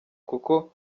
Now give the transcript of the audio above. kuko